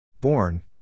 Born